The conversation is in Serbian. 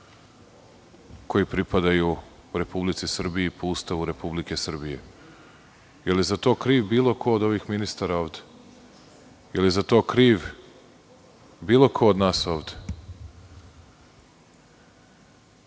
koji pripadaju Republici Srbiji, po Ustavu Republike Srbije. Da li je za to kriv bilo ko od ovih ministara ovde? Da li je za to kriv bilo ko od nas ovde?